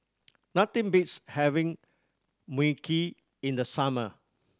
nothing beats having Mui Kee in the summer